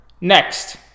Next